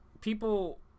people